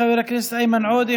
חבר הכנסת איימן עודה,